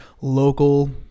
local